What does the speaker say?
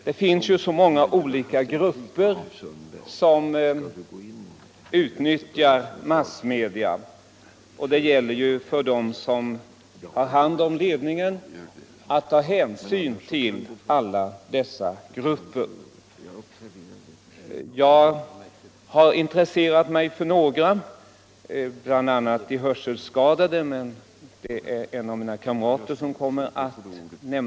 Det finns så många olika grupper som utnyttjar massmedia, och det gäller för dem som har hand om ledningen att ta hänsyn till alla dessa grupper. Jag har intresserat mig för några, bl.a. de hörselskadade, men deras problem skall en av mina kamrater i kammaren ta upp.